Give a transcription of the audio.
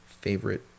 favorite